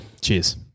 Cheers